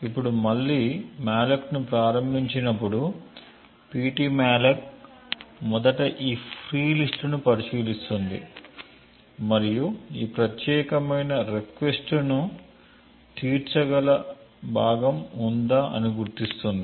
ఇప్పుడు మళ్లీ malloc ను ప్రారంభించినప్పుడు ptmalloc మొదట ఈ ఫ్రీ లిస్ట్ ను పరిశీలిస్తుంది మరియు ఈ ప్రత్యేకమైన రిక్వెస్ట్ను సంతృప్తి పరచగల మెమరీ చంక్ ఉందా అని గుర్తిస్తుంది